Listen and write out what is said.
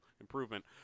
improvement